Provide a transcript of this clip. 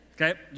Okay